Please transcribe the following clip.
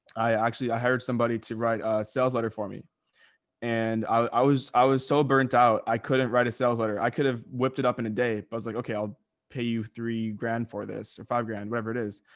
i actually, i hired somebody to write a sales letter for me and i, i was, i was so burnt out. i couldn't write a sales letter. i could've whipped it up in a day, but i was like, okay, i'll pay you three grand for this or five grand, whatever it is.